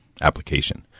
application